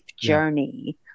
journey